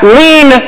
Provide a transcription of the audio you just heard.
lean